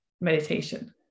meditation